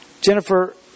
Jennifer